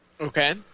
Okay